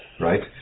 right